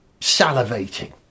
salivating